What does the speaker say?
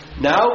Now